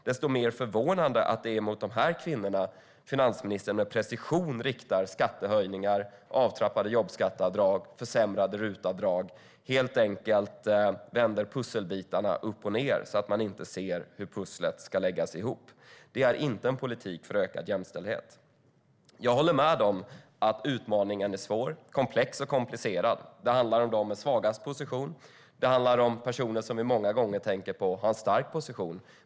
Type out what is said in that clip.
Desto mer förvånande är det att det är mot dessa kvinnor som finansministern med precision riktar skattehöjningar, avtrappade jobbskatteavdrag, försämrade RUT-avdrag och att hon helt enkelt vänder pusselbitarna så att säga uppochned så att man inte ser hur pusslet ska läggas ihop. Det är inte en politik för ökad jämställdhet. Jag håller med om att utmaningen är svår, komplex och komplicerad. Det handlar om dem med svagast position, och det handlar om personer som vi många gånger tycker har en stark position.